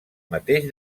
mateix